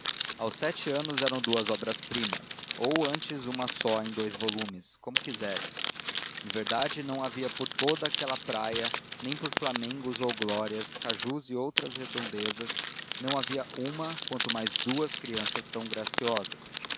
aos sete anos eram duas obras primas ou antes uma só em dous volumes como quiseres em verdade não havia por toda aquela praia nem por flamengos ou glórias cajus e outras redondezas não havia uma quanto mais duas crianças tão graciosas